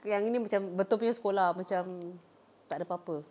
tapi yang ini macam betul punya sekolah ah macam tak ada apa-apa